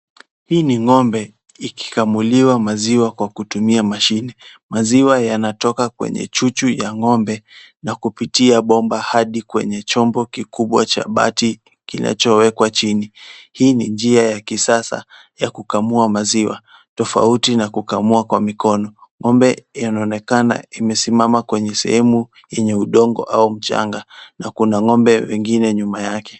Huyu ni ng'ombe akikamuliwa maziwa kwa kutumia mashine . Maziwa yanatoka kwenye chuchu ya ng'ombe, na kupitia bomba hadi kwenye chombo kikubwa cha bati kinachowekwa chini. Hii ni njia ya kisasa ya kukamua maziwa, tofauti na kukamua kwa mikono. Ng'ombe yanaonekana amesimama kwenye sehemu yenye udongo au mchanga na kuna ng'ombe wengine nyuma yake.